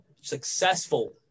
successful